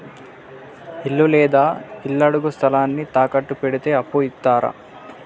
ఇల్లు లేదా ఇళ్లడుగు స్థలాన్ని తాకట్టు పెడితే అప్పు ఇత్తరా?